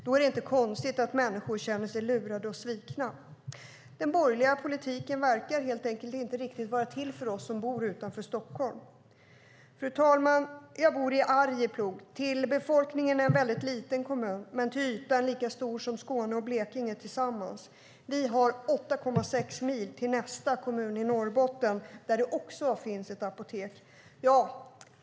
Då är det inte konstigt att människor känner sig lurade och svikna. Den borgerliga politiken verkar helt enkelt inte riktigt vara till för oss som bor utanför Stockholm. Fru talman! Jag bor i Arjeplog. Sett till folkmängden är det en mycket liten kommun, men till ytan är den lika stor som Skåne och Blekinge tillsammans. Vi har 8,6 mil till nästa kommun i Norrbotten där det också finns ett apotek.